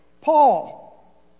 Paul